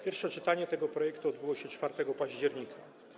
Pierwsze czytanie tego projektu odbyło się 4 października.